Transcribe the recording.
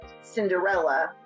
Cinderella